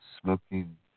Smoking